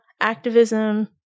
activism